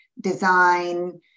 design